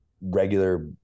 regular